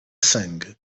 sangue